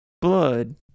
blood